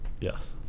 Yes